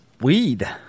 weed